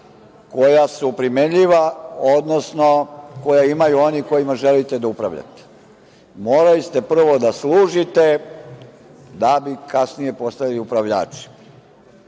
koja su primenjiva, odnosno koja imaju oni kojima želite da upravljate. Morali ste prvo da služite da bi kasnije postali upravljači.Zašto